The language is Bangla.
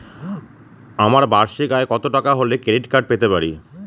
আমার বার্ষিক আয় কত টাকা হলে ক্রেডিট কার্ড পেতে পারি?